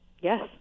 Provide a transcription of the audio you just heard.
Yes